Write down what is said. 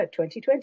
2020